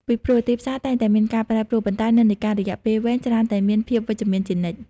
ពីព្រោះ ទីផ្សារតែងតែមានការប្រែប្រួល ប៉ុន្តែនិន្នាការរយៈពេលវែងច្រើនតែមានភាពវិជ្ជមានជានិច្ច។